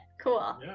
Cool